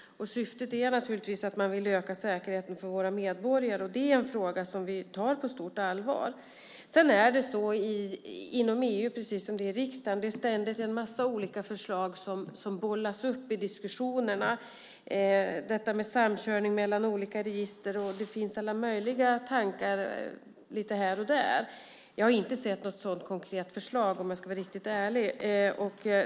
Syftet är att man vill öka säkerheten för våra medborgare. Det är en fråga som vi tar på stort allvar. Inom EU, precis som inom riksdagen, är det ständigt en mängd olika förslag som bollas i diskussionerna. Det gäller detta med samkörning mellan olika register. Det finns alla möjliga olika tankar lite här och där. Jag har inte sett något sådant konkret förslag om jag ska vara riktigt ärlig.